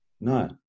no